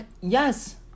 yes